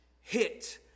hit